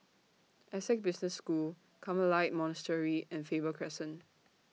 Essec Business School Carmelite Monastery and Faber Crescent